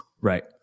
Right